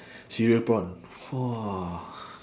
cereal prawn !wah!